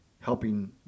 helping